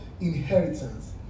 inheritance